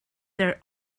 their